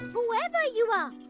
whoever you are,